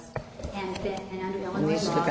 and and